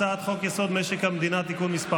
משק המדינה (תיקון מס'